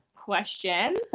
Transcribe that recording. question